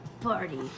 Party